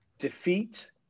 defeat